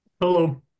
Hello